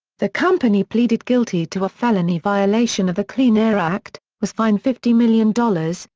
the company pleaded guilty to a felony violation of the clean air act, was fined fifty million dollars,